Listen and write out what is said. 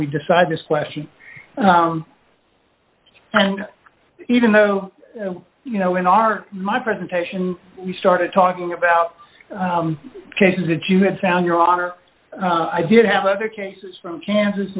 we decide this question and even though you know in our my presentation we started talking about cases that you had found your honor i did have other cases from kansas